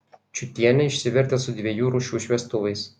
čiutienė išsivertė su dviejų rūšių šviestuvais